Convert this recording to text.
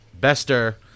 Bester